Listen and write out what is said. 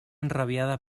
enrabiada